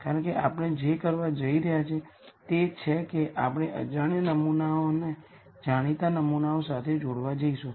કારણ કે આપણે જે કરવા જઈ રહ્યા છીએ તે છે કે આપણે અજાણ્યા નમૂનાઓ જાણીતા નમૂનાઓ સાથે જોડવા જઈશું